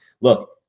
look